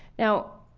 now,